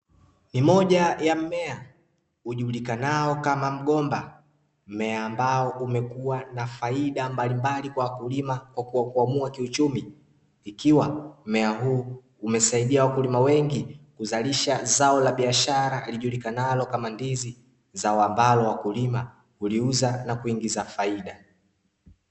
Ni moja wa mmea ujulikanayo kama mgomba, mmea ambao umekuwa na faida kubwa kwa wakulima kwa kuwakwamua kiuchumi, ikiwa mmea huu umesaidia wakulima wengi kuzalisha zao la biashara lijulikanalo kama ndizi, zao ambalo wakulima huliuza na kuingiza faida.